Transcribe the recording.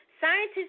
Scientists